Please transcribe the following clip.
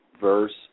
verse